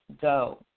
go